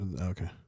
Okay